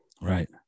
right